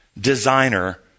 designer